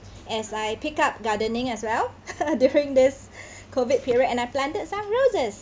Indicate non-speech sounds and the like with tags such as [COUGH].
as I picked up gardening as well [LAUGHS] during this [BREATH] COVID period and I planted some roses